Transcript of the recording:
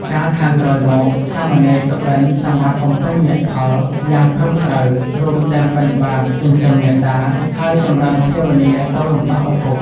កាលខាងក្រោយមកសាមណេរសុបិនសង្វាតបំពេញមគ្គផលយ៉ាងត្រឹមត្រូវ រួមទាំងបិណ្ឌបាតចិញ្ចឹមមាតា ហើយចម្រើនភាវនាទៅរំដោះឪពុក ។